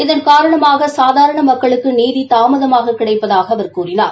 இதன் காரணமாக சாதாண மக்களுக்கு நீதி தாமதமாக கிடைப்பதாக அவர் கூறினார்